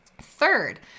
Third